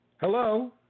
Hello